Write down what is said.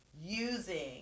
using